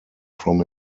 from